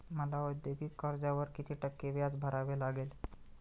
मला औद्योगिक कर्जावर किती टक्के व्याज भरावे लागेल?